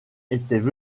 étaient